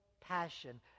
passion